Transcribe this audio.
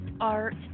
art